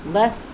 बसि